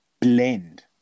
blend